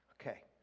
Okay